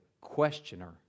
questioner